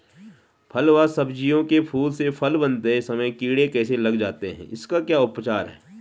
फ़ल व सब्जियों के फूल से फल बनते समय कीड़े कैसे लग जाते हैं इसका क्या उपचार है?